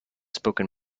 spoken